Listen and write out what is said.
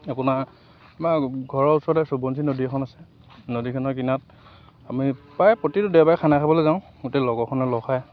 আপোনাৰ আমাৰ ঘৰৰ ওচৰতে সোৱণশিৰি নদী এখন আছে নদীখনৰ কিনাত আমি প্ৰায় প্ৰতিটো দেওবাৰে খানা খাবলৈ যাওঁ গোটেই লগৰখনৰ লগ খাই